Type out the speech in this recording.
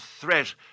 threat